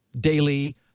daily